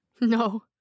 No